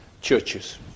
churches